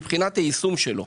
מבחינת היישום שלו.